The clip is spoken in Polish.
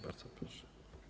Bardzo proszę.